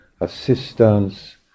assistance